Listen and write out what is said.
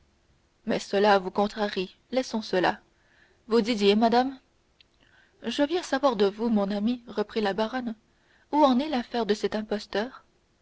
mais cela vous contrarie laissons cela vous disiez madame je viens savoir de vous mon ami reprit la baronne où en est l'affaire de cet imposteur